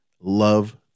love